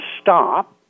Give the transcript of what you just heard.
stop